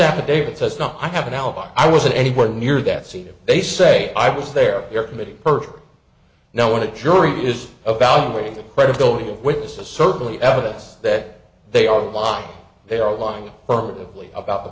affidavit says no i have an alibi i wasn't anywhere near that scene they say i was there they're committing perjury now when a jury is evaluating the credibility of witnesses certainly evidence that they are lying they are lying partly about the